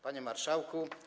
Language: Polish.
Panie Marszałku!